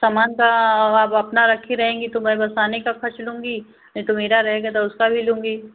समान का अब आप अपना रखी रहेंगी तो मैं बस आने का ख़र्च लूँगी नहीं तो मेरा रहेगा तो उसका भी लूँगी